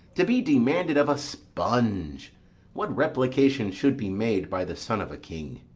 to be demanded of a sponge what replication should be made by the son of a king?